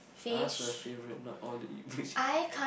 I ask for your favourite not all the meat which you eat